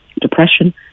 depression